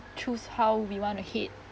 choose how we want to head